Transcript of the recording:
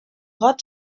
got